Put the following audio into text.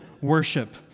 worship